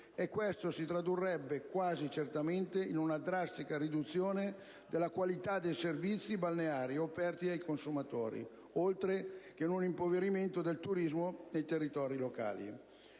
e questo si tradurrebbe quasi certamente in una drastica riduzione della qualità dei servizi balneari offerti ai consumatori, oltre che in un impoverimento del turismo nei territori locali.